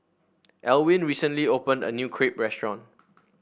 Alwin recently opened a new Crepe Restaurant